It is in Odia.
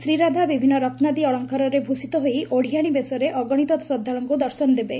ଶ୍ରୀରାଧା ବିଭିନ୍ନ ରତ୍ୱାଦି ଅଳଙ୍କାରରେ ଭୂଷିତ ହୋଇ ଓଡିଆଣୀ ବେଶରେ ଅଗଶିତ ଶ୍ରଦ୍ଧାଳୁଙ୍କୁ ଦର୍ଶନ ଦେବେ